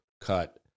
cut